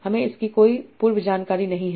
हमें इसकी कोई पूर्व जानकारी नहीं है